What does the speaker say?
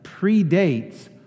predates